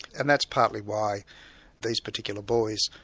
and that's partly why these particular boys,